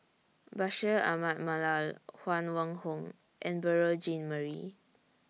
Bashir Ahmad Mallal Huang Wenhong and Beurel Jean Marie